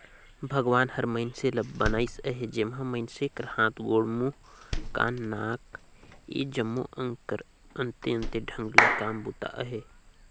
भगवान हर मइनसे ल बनाइस अहे जेम्हा मइनसे कर हाथ, गोड़, मुंह, कान, नाक ए जम्मो अग कर अन्ते अन्ते ढंग ले काम बूता अहे